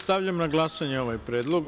Stavljam na glasanje ovaj predlog.